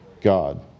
God